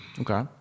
Okay